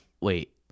Wait